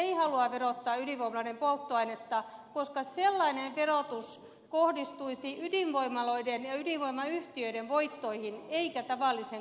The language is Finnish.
hallitus ei halua verottaa ydinvoimaloiden polttoainetta koska sellainen verotus kohdistuisi ydinvoimaloiden ja ydinvoimayhtiöiden voittoihin eikä tavalliseen kansalaiseen